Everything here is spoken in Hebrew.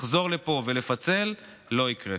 לחזור לפה ולפצל, לא יקרה.